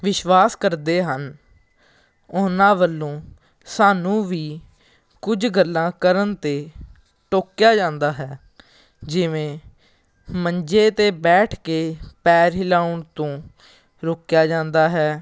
ਵਿਸ਼ਵਾਸ ਕਰਦੇ ਹਨ ਉਹਨਾਂ ਵੱਲੋਂ ਸਾਨੂੰ ਵੀ ਕੁਝ ਗੱਲਾਂ ਕਰਨ ਤੋਂ ਟੋਕਿਆ ਜਾਂਦਾ ਹੈ ਜਿਵੇਂ ਮੰਜੇ 'ਤੇ ਬੈਠ ਕੇ ਪੈਰ ਹਿਲਾਉਣ ਤੋਂ ਰੋਕਿਆ ਜਾਂਦਾ ਹੈ